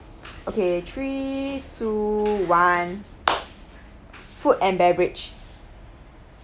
okay three to one food and beverage